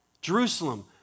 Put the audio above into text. Jerusalem